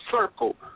circle